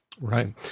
Right